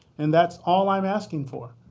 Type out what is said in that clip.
and that's all i'm asking for.